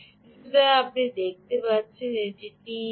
সুতরাং আপনি দেখতে পাচ্ছেন এটি টিইজি